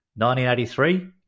1983